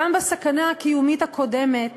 גם בסכנה הקיומית הקודמת